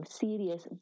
serious